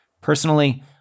Personally